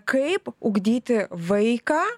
kaip ugdyti vaiką